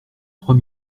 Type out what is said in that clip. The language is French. trois